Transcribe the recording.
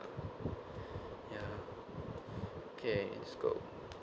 ya okay let's go